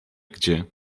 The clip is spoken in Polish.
gdzie